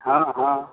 हँ हँ